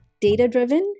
Data-driven